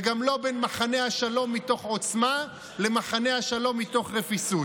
וגם לא בין מחנה השלום מתוך עוצמה למחנה השלום מתוך רפיסות.